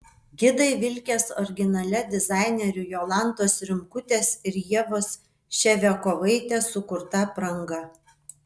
gidai vilkės originalia dizainerių jolantos rimkutės ir ievos ševiakovaitės sukurta apranga